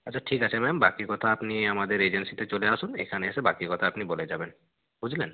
আচ্ছা ঠিক আছে ম্যাম বাকি কথা আপনি আমাদের এজেন্সিতে চলে আসুন এখানে এসে বাকি কথা আপনি বলে যাবেন বুঝলেন